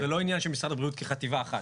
זה לא עניין של משרד הבריאות כחטיבה אחת.